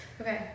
Okay